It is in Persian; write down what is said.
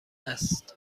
است